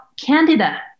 candida